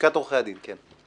לשכת עורכי הדין, כן.